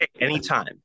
anytime